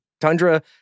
tundra